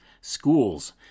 Schools